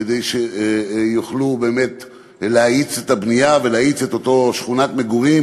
כדי שיוכלו באמת להאיץ את הבנייה ולהאיץ את אותה שכונת מגורים,